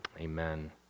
amen